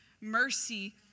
mercy